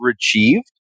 achieved